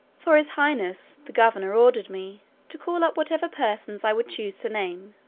for his highness the governor ordered me to call up whatever persons i would choose to name,